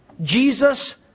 Jesus